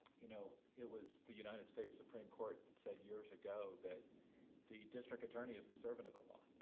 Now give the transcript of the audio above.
you know it was the united states supreme court that said years ago that the district attorney is the servant of the law.